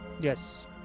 Yes